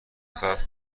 ثبت